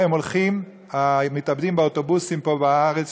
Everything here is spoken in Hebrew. המתאבדים באוטובוסים פה בארץ,